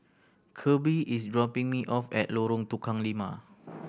Kirby is dropping me off at Lorong Tukang Lima